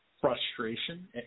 frustration